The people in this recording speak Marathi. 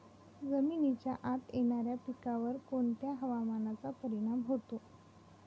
जमिनीच्या आत येणाऱ्या पिकांवर कोणत्या हवामानाचा परिणाम होतो?